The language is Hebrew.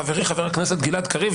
חברי חבר הכנסת גלעד קריב,